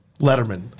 Letterman